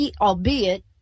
albeit